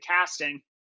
casting